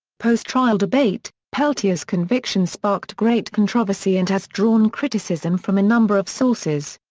post-trial debate peltier's conviction sparked great controversy and has drawn criticism from a number of sources.